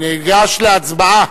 וניגש להצבעה.